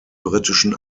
britischen